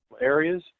areas